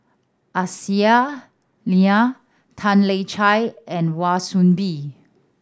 Aisyah Lyana Tan Lian Chye and Wan Soon Bee